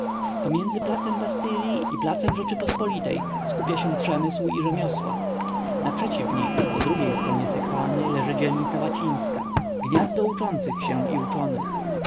pomiędzy placem bastylli i placem rzeczypospolitej skupia się przemysł i rzemiosła naprzeciw nich po drugiej stronie sekwany leży dzielnica łacińska gniazdo uczących się i uczonych